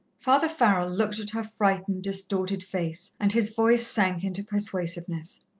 father farrell looked at her frightened, distorted face, and his voice sank into persuasiveness.